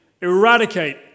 eradicate